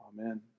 Amen